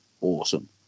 awesome